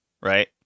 right